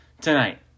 tonight